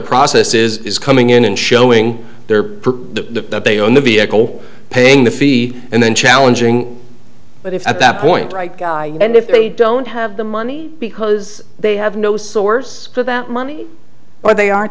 process is coming in and showing their the they own the vehicle paying the fee and then challenging but if at that point right guy and if they don't have the money because they have no source for that money or they aren't